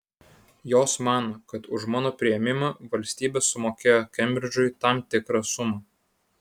jos mano kad už mano priėmimą valstybė sumokėjo kembridžui tam tikrą sumą